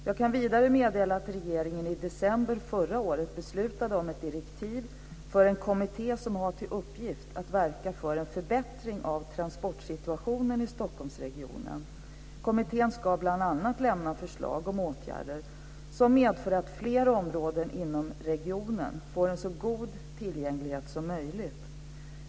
Jag kan vidare meddela att regeringen i december förra året beslutade om ett direktiv för en kommitté som har till uppgift att verka för en förbättring av transportsituationen i Stockholmsregionen. Kommittén ska bl.a. lämna förslag om åtgärder som medför att fler områden inom regionen får en så god tillgänglighet som möjligt.